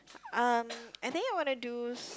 um I think I wanna do